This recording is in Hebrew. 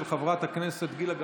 של חברת הכנסת גילה גמליאל.